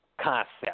concept